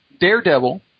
Daredevil